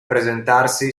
presentarsi